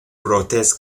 brotes